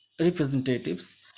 representatives